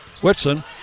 Whitson